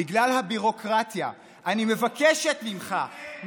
בגלל הביורוקרטיה: אני מבקשת ממך,